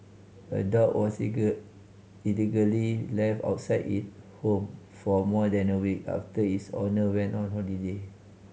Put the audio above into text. a dog was allegedly left outside it home for more than a week after its owner went on holiday